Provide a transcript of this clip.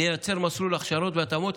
נייצר מסלול הכשרות והתאמות,